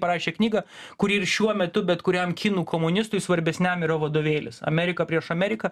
parašė knygą kuri ir šiuo metu bet kuriam kinų komunistui svarbesniam yra vadovėlis amerika prieš ameriką